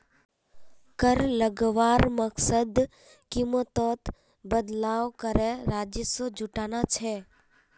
कर लगवार मकसद कीमतोत बदलाव करे राजस्व जुटाना छे